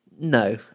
No